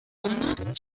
anmeldung